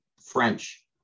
French